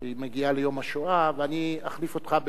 שמגיעה ליום השואה, ואחליף אותך,